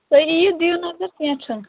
تُہۍ یِیِو دِیِو نظر کیٚنٛہہ چھُنہٕ